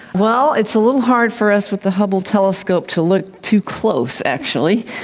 well, it's a little hard for us with the hubble telescope to look too close actually.